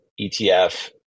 ETF